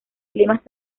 climas